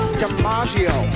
dimaggio